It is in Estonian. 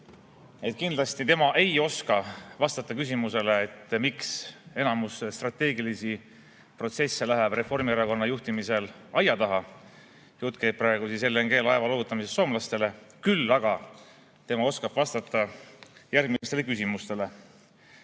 Kindlasti tema ei oska vastata küsimusele, miks enamik strateegilisi protsesse läheb Reformierakonna juhtimisel aia taha. Jutt käib praegu LNG-laeva loovutamisest soomlastele. Küll aga tema oskab vastata järgmistele küsimustele.